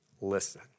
listen